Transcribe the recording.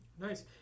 Nice